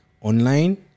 online